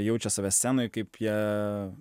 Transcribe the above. jaučia save scenoj kaip jie